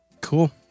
Cool